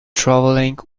travelling